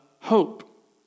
hope